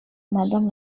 madame